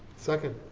second.